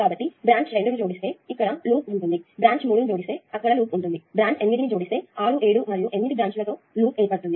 కాబట్టి బ్రాంచ్ 2 ని జోడిస్తే ఇక్కడ లూప్ ఉంటుంది బ్రాంచ్ 3 ని జోడిస్తే అక్కడ లూప్ ఉంటుంది బ్రాంచ్ 8 ను జోడిస్తే 6 7 మరియు 8 బ్రాంచ్ ల తో లూప్ ఏర్పడుతుంది